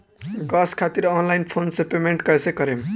Gas खातिर online phone से payment कैसे करेम?